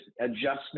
adjustment